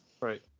Right